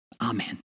Amen